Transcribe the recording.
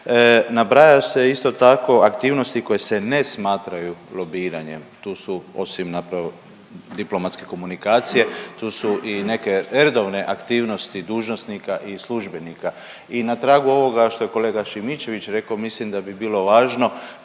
Nabrajaju se isto tako aktivnosti koje se ne smatraju lobiranjem. Tu su osim dakle diplomatske komunikacije, tu su i neke redovne aktivnosti dužnosnika i službenika i na tragu ovoga što je kolega Šimičević rekao mislim da bi bilo važno